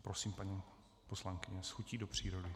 Prosím, paní poslankyně, s chutí do přírody.